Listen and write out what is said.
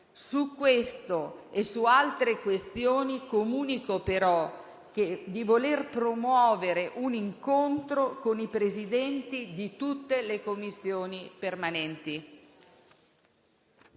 Su questo e su altre questioni comunico però di voler promuovere un incontro con i Presidenti di tutte le Commissioni permanenti.